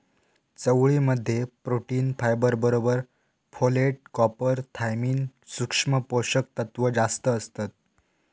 चवळी मध्ये protein, fibre बरोबर फोलेट, कॉपर, थायमिन, सुक्ष्म पोषक तत्त्व जास्तं असतत